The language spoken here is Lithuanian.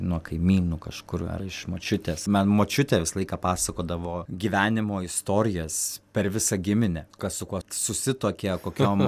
nuo kaimynų kažkur ar iš močiutės man močiutė visą laiką pasakodavo gyvenimo istorijas per visą giminę kas su kuo susituokė kokiom